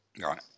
Right